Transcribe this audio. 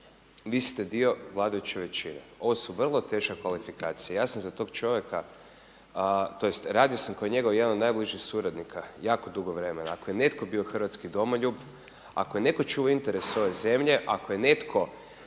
Vi ste dio vladajuće većine. Ovo su vrlo teške kvalifikacije. Ja sam za tog čovjeka, tj. radio sam kod njega kao jedan od najbližih suradnika jako dugo vremena. Ako je netko bio hrvatski domoljub, ako je netko čuvao interes ove zemlje, ako je netko